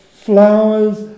flowers